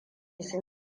sun